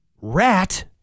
rat